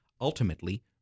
ultimately